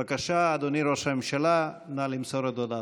בבקשה, אדוני ראש הממשלה, נא למסור את הודעתך.